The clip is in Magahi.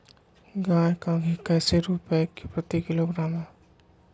गाय का घी कैसे रुपए प्रति किलोग्राम है?